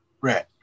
Right